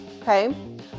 Okay